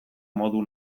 modu